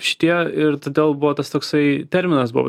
šitie ir todėl buvo tas toksai terminas buvo